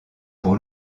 pour